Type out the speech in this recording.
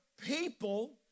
people